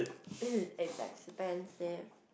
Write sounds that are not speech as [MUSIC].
[NOISE] it's expensive